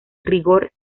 rigor